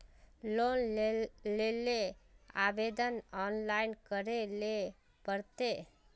Loan लेले आवेदन online करे ले पड़ते?